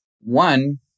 one